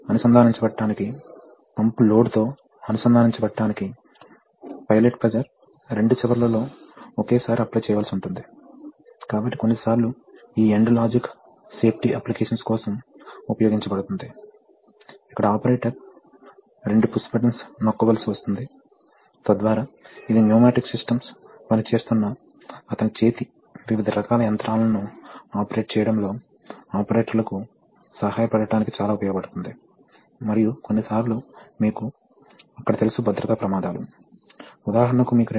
కాబట్టి ఇక్కడ ఖచ్చితంగా అదే చూపబడింది మొదట భాగాలను చూడండి ఇది A పంప్ ఇది B రిలీఫ్ వాల్వ్ ఇది C డైరెక్షనల్ వాల్వ్ మరియు ఇది D సిలిండర్ ఇప్పుడు చూడండి మేము సిలిండర్ రాడ్ కొంచెం మందంగా గీసాము కేవలం రాడ్ ఏరియా సిలిండర్ పిస్టన్ ఏరియాకి అతి తక్కువ కాదని నిర్ధారించడానికి ఇది పిస్టన్ ఏరియా క్యాపిటల్ A మరియు ఇది రాడ్ ఏరియా స్మాల్ a అనుకుందాం